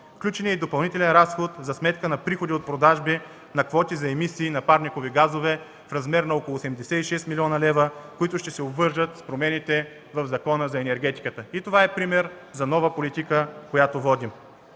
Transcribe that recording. Включен е и допълнителен разход за сметка на приходи от продажби на квоти за емисии на парникови газове в размер на около 86 млн. лв., които ще се обвържат с промените в Закона за енергетиката. И това е пример за нова политика, която водим.